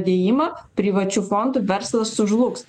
dėjimą privačių fondų verslas sužlugs